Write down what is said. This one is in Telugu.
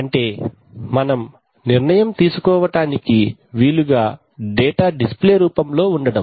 అంటే మనం నిర్ణయం తీసుకోవడానికి వీలుగా డేటా డిస్ప్లే రూపంలో ఉండడం